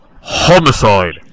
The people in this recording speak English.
Homicide